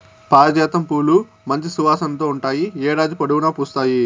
పారిజాతం పూలు మంచి సువాసనతో ఉంటాయి, ఏడాది పొడవునా పూస్తాయి